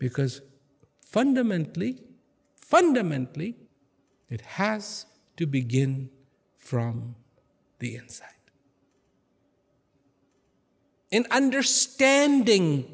because fundamentally fundamentally it has to begin from the ends in understanding